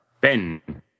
Ben